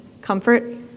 comfort